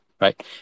right